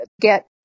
get